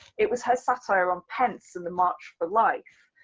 it was her satire on pence and the march for life,